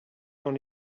dans